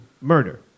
murder